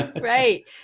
Right